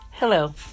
Hello